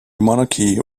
monarchy